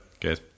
Good